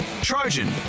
Trojan